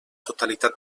totalitat